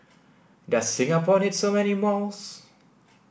does Singapore need so many malls